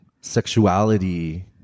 Sexuality